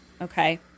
okay